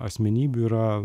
asmenybių yra